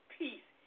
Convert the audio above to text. peace